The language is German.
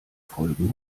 folgen